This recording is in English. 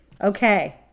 Okay